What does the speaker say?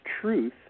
truth